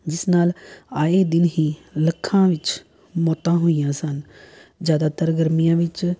ਜਿਸ ਨਾਲ ਆਏ ਦਿਨ ਹੀ ਲੱਖਾਂ ਵਿੱਚ ਮੌਤਾਂ ਹੋਈਆਂ ਸਨ ਜ਼ਿਆਦਾਤਰ ਗਰਮੀਆਂ ਵਿੱਚ